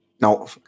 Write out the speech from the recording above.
No